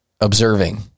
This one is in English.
observing